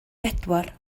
bedwar